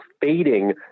fading